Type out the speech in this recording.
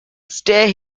stay